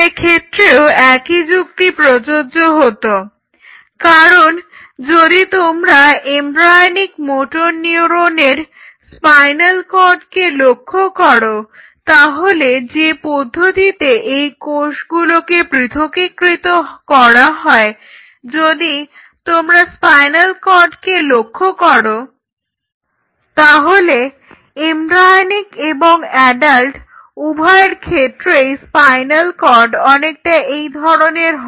সেক্ষেত্রেও একই যুক্তি প্রযোজ্য হতো কারণ যদি তোমরা এমব্রায়োনিক মোটর নিউরনের স্পাইনাল কর্ডকে লক্ষ্য করো তাহলে যে পদ্ধতিতে এই কোষগুলোকে পৃথকীকৃত করা হয় যদি তোমরা স্পাইনাল কর্ডকে লক্ষ্য করো তাহলে এমব্রায়োনিক এবং অ্যাডাল্ট উভয় ক্ষেত্রেই স্পাইনাল কর্ড অনেকটা এই ধরনের হয়